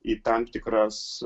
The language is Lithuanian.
į tam tikras